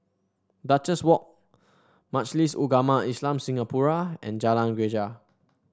Duchess Walk Majlis Ugama Islam Singapura and Jalan Greja